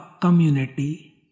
community